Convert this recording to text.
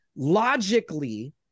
logically